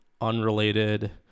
unrelated